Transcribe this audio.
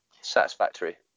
satisfactory